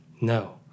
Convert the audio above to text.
No